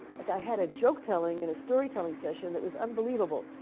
like i had a joke telling and a storytelling session that was unbelievable.